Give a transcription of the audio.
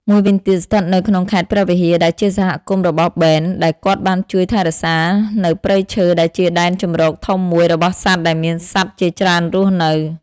មួយវិញទៀតស្ថិតនៅក្នុងខេត្តព្រះវិហារដែលជាសហគមន៍របស់បេន ដែលគាត់បានជួយថែរក្សានៅព្រៃឈើដែលជាដែនជម្រកធំមួយរបស់សត្វដែលមានសត្វជាច្រើនរស់នៅ។